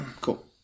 Cool